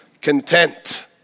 content